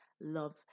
love